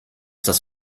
das